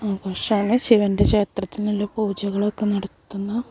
ആഘോഷമാണ് ശിവൻ്റെ ക്ഷേത്രത്തിനുള്ളിൽ പൂജകളൊക്കെ നടത്തുന്ന